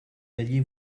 alliez